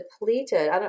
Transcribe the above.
depleted